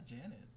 Janet